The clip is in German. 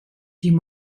die